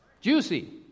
Juicy